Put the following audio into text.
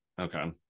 okay